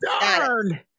darn